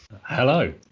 Hello